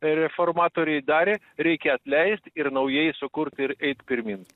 reformatoriai darė reikia atleist ir naujai sukurt ir eiti pirmyn